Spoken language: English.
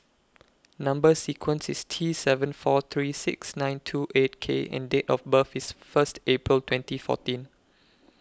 Number sequence IS T seven four three six nine two eight K and Date of birth IS First April twenty fourteen